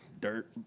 dirt